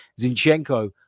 Zinchenko